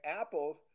apples